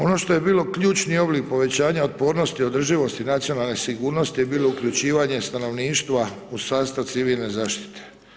Ono što je bilo ključni oblik povećanja otpornosti održivosti nacionalne sigurnosti je bilo uključivanje stanovništva u sastav civilne zaštite.